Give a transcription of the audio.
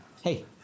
Hey